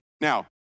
Now